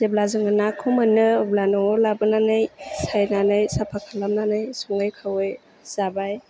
जेब्ला जोङो नाखौ मोनो अब्ला न'आव लाबोनानै साइनानै साफा खालामनानै सङै खावै जाबाय